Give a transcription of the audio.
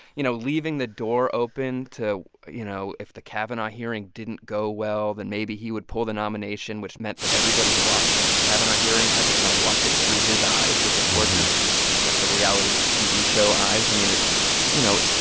you know, leaving the door open to you know, if the kavanaugh hearing didn't go well, then maybe he would pull the nomination, which meant that everybody who watched the kavanaugh hearing had to kind of watch it through his eyes, which, of course, is like a reality tv show eyes. i mean, it's you know,